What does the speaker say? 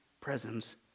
presence